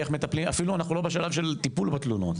אפילו אנחנו לא בשלב של טיפול בתלונות.